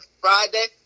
Friday